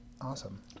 Awesome